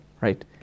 Right